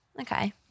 Okay